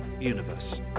universe